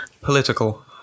Political